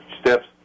steps